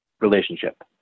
relationship